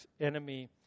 enemy